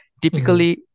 Typically